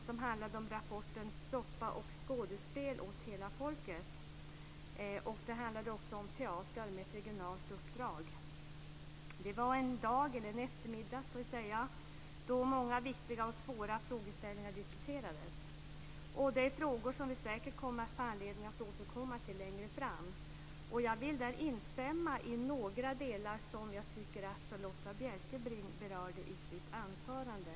Den handlade om rapporten Soppa och skådespel åt hela folket - om teatrar med regionalt uppdrag. Det var en eftermiddag då många viktiga och svåra frågeställningar diskuterades. Det är frågor som vi säkert kommer att få anledning att återkomma till längre fram. Jag vill här instämma i några delar som Charlotta L Bjälkebring berörde i sitt anförande.